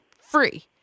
free